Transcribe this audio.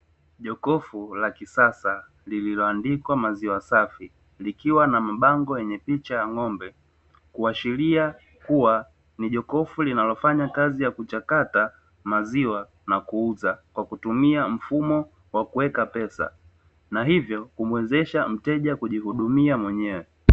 Jokofu la kisasa lililoandikwa maziwa safi, likiwa na mabango yenye picha ya ng'ombe, kuashiria kuwa ni jokofu linalofanya kazi ya kuchakata maziwa na kuuza kwa kutumia mfumo wa kuweka pesa, na hivyo humuwezesha mteja kujihudumia mwenyewe.